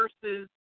versus